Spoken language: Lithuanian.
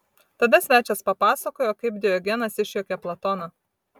tada svečias papasakojo kaip diogenas išjuokė platoną